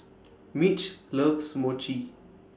Mitch loves Mochi